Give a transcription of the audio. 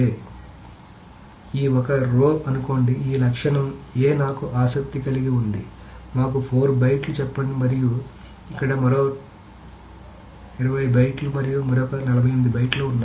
కాబట్టి ఈ ఒక రో అనుకోండి ఈ లక్షణం A నాకు ఆసక్తి కలిగి ఉంది మాకు 4 బైట్లు చెప్పండి మరియు ఇక్కడ మరో 20 బైట్లు మరియు మరొక 48 బైట్లు ఉన్నాయి